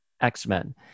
X-Men